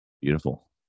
Beautiful